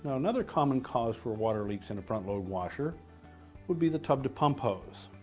another common cause for water leaks in front-load washer would be the tub-to-pump hose.